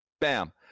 Bam